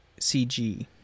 CG